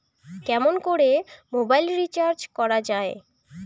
কেমন করে mobile recharge করা য়ায়?